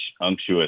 unctuous